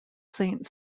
saint